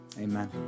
amen